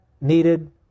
needed